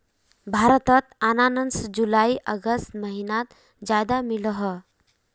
भारतोत अनानास जुलाई अगस्त महिनात ज्यादा मिलोह